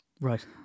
Right